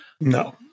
No